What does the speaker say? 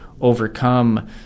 overcome